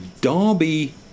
Derby